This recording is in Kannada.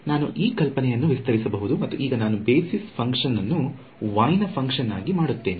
ನಾನು ಈ ಕಲ್ಪನೆಯನ್ನು ವಿಸ್ತರಿಸಬಹುದು ಮತ್ತು ಈಗ ನಾನು ಬೇಸಿಸ್ ಫಂಕ್ಷನ್ ಅನ್ನು ವೈ ನ ಫಂಕ್ಷನ್ ಆಗಿ ಮಾಡುತ್ತೇನೆ